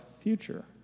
future